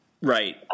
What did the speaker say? Right